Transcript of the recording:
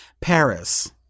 Paris